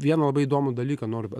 vieną labai įdomų dalyką noriu b at